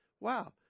Wow